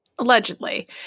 Allegedly